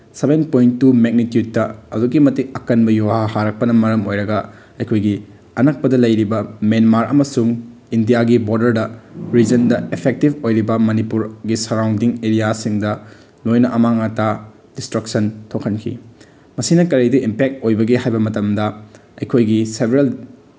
seven point two ꯃꯦꯛꯅꯤꯇ꯭ꯌꯨꯠꯇ ꯑꯗꯨꯛꯀꯤ ꯃꯇꯤꯛ ꯑꯀꯟꯕ ꯌꯨꯍꯥ ꯍꯥꯔꯛꯄꯅ ꯃꯔꯝ ꯑꯣꯏꯔꯒ ꯑꯩꯈꯣꯏꯒꯤ ꯑꯅꯛꯄꯗ ꯂꯩꯔꯤꯕ ꯃꯦꯟꯃꯥꯔ ꯑꯃꯁꯨꯡ ꯏꯟꯗꯤꯌꯥꯒꯤ ꯕꯣꯔꯗꯔꯗ ꯔꯤꯖꯟꯗ ꯑꯦꯐꯦꯛꯇꯤꯞ ꯑꯣꯏꯔꯤꯕ ꯃꯅꯤꯄꯨꯔꯒꯤ ꯁꯔꯥꯎꯟꯗꯤꯡ ꯑꯦꯔꯤꯌꯥꯁꯤꯡꯗ ꯂꯣꯏꯅ ꯑꯃꯥꯡ ꯑꯇꯥ ꯗꯤꯁꯇ꯭ꯔꯛꯁꯟ ꯊꯣꯛꯍꯟꯈꯤ ꯃꯁꯤꯅ ꯀꯔꯤꯗ ꯏꯝꯄꯦꯛ ꯑꯣꯏꯕꯒꯦ ꯍꯥꯏꯕ ꯃꯇꯝꯗ ꯑꯩꯈꯣꯏꯒꯤ ꯁꯦꯕꯔꯦꯜ